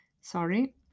Sorry